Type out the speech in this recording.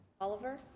Oliver